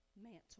mantle